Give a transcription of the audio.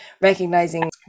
recognizing